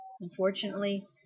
Unfortunately